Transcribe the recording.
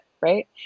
right